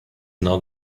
now